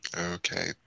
Okay